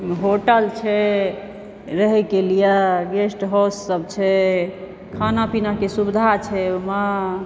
hotel छै रहैके लिए गेस्ट हाउस सब छै खाना पीनाके सुविधा छै ओहिमे